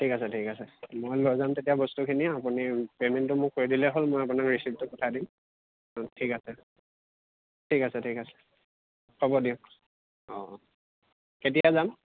ঠিক আছে ঠিক আছে মই লৈ যাম তেতিয়া বস্তুখিনি আপুনি পেমেণ্টটো মোক কৰি দিলেই হ'ল মই আপোনাক ৰিচিপটো পঠাই দিম ঠিক আছে ঠিক আছে ঠিক আছে হ'ব দিয়ক অঁ কেতিয়া যাম